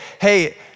hey